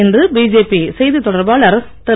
இன்று பிஜேபி செய்தி தொடர்பாளர் திரு